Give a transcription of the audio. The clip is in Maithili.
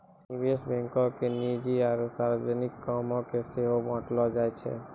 निवेश बैंको के निजी आरु सार्वजनिक कामो के सेहो बांटलो जाय छै